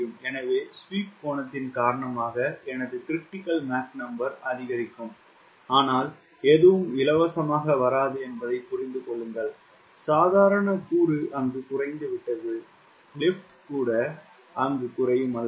எனவே ஸ்வீப் கோணத்தின் காரணமாக எனது 𝑀CR அதிகரிக்கும் ஆனால் எதுவும் இலவசவமாக வராது என்பதை புரிந்து கொள்ளுங்கள் சாதாரண கூறு அங்கு குறைந்துவிட்டது லிப்ட் கூட அங்கு குறையும் அல்லவா